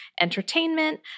entertainment